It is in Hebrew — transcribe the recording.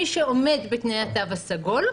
מי שעומד בתנאי התו הסגול,